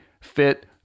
fit